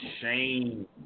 shame